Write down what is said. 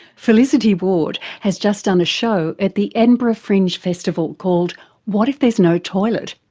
felicity ward has just done a show at the edinburgh fringe festival called what if there's no toilet,